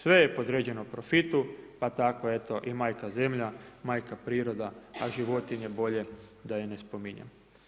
Sve je podređeno profitu pa tako eto ii majka zemlja, majka priroda, a životinje bolje da ii ne spominjem.